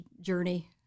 journey